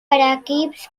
equips